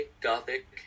gothic